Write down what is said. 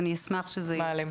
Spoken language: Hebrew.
אני שמחה.